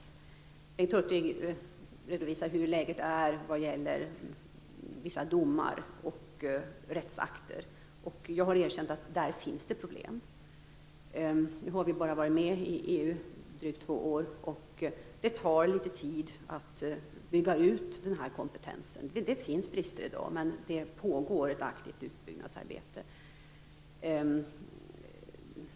Bengt Hurtig redovisar hur läget är vad gäller vissa domar och rättsakter. Jag har erkänt att det finns problem där. Nu har vi bara varit med i EU i drygt två år, och det tar litet tid att bygga ut den här kompetensen. Det finns brister i dag, men det pågår ett aktivt utbyggnadsarbete.